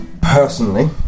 personally